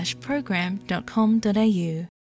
program.com.au